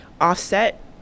Offset